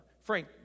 Frank